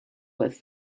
with